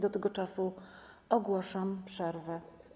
Do tego czasu ogłaszam przerwę.